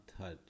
touch